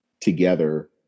together